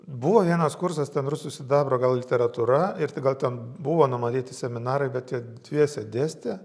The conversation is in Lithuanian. buvo vienas kursas ten rusų sidabro gal literatūra ir tai gal ten buvo numatyti seminarai bet jie dviese dėstė